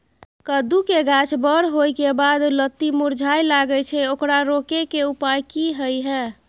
कद्दू के गाछ बर होय के बाद लत्ती मुरझाय लागे छै ओकरा रोके के उपाय कि होय है?